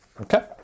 Okay